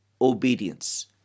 obedience